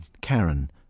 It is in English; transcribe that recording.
Karen